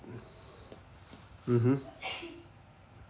mmhmm